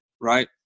right